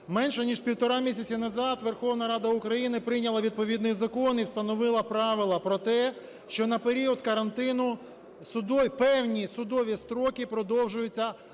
Менш ніж півтора місяці назад Верховна Рада України прийняла відповідний закон і встановила правила про те, що на період карантину певні судові строки продовжуються